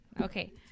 Okay